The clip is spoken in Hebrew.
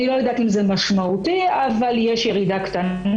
אני לא יודעת אם זה משמעותי, אבל יש ירידה קטנה.